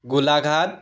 Golaghat